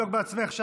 חוקה?